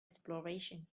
exploration